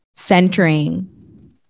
centering